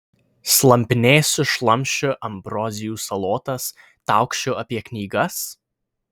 slampinėsiu šlamšiu ambrozijų salotas taukšiu apie knygas